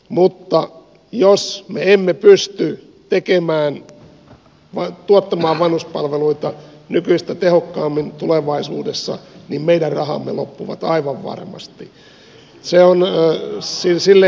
mutta jos me emme pysty tuottamaan vanhuspalveluita nykyistä tehokkaammin tulevaisuudessa niin meidän rahamme loppuvat aivan varmasti